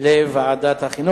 לוועדת החינוך.